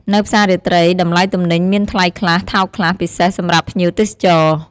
នៅផ្សាររាត្រី តម្លៃទំនិញមានថ្លៃខ្លះ ថោកខ្លះ ពិសេសសម្រាប់ភ្ញៀវទេសចរ។